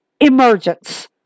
Emergence